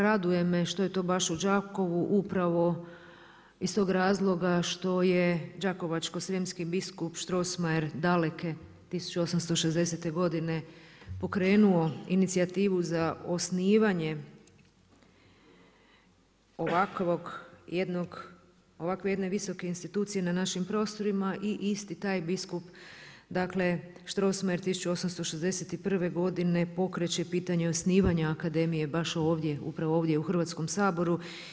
Raduje me što je to u Đakovu upravo iz tog razloga što je đakovačko-srijemski biskup Strossmayer daleke 1860. godine pokrenuo inicijativu za osnivanje ovakve jedne visoke institucije na našim prostorima i isti taj biskup Strossmayer 1861. godine pokreće pitanje osnivanja akademije baš ovdje, upravo ovdje u Hrvatskom saboru.